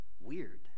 weird